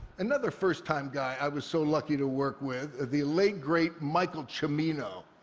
another first time guy i was so lucky to work with, the late great michael cimino,